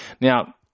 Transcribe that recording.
Now